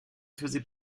faisait